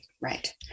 Right